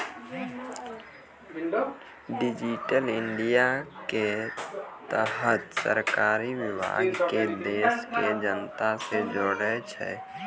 digital India के तहत सरकारी विभाग के देश के जनता से जोड़ै छै